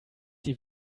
die